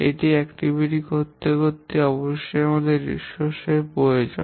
একটি কার্যকলাপ করতে আমাদের অবশ্যই সম্পদ এর প্রয়োজন